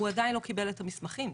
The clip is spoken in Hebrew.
הוא עדיין לא קיבל את המסמכים.